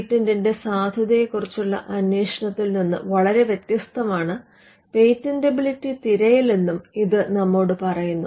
പേറ്റന്റിന്റെ സാധുതയെക്കുറിച്ചുള്ള അന്വേഷണത്തിൽ നിന്ന് വളരെ വ്യത്യസ്തമാണ് പേറ്റന്റബിലിറ്റി തിരയൽ എന്നും ഇത് നമ്മോട് പറയുന്നു